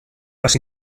más